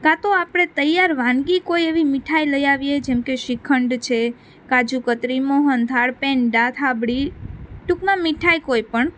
ક્યાં તો આપણે તૈયાર વાનગી કોઈ એવી મીઠાઇ લઈ આવીએ જેમ કે શ્રીખંડ છે કાજુ કત્રી મોહન થાળ પેંડા થાબડી ટૂંકમાં મીઠાઇ કોઈ પણ